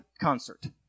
concert